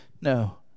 No